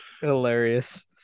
Hilarious